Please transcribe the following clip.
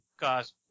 Cause